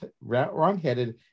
wrong-headed